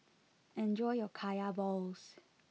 enjoy your Kaya Balls